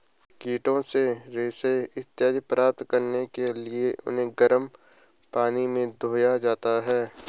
कीटों से रेशा इत्यादि प्राप्त करने के लिए उन्हें गर्म पानी में धोया जाता है